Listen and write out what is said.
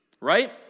right